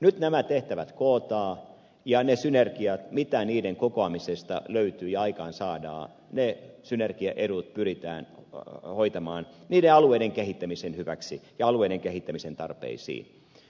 nyt nämä tehtävät kootaan ja ne synergiaedut joita niiden kokoamisesta löytyy ja aikaansaadaan pyritään hoitamaan niiden alueiden kehittämisen hyväksi ja alueiden kehittämisen tarpeisiin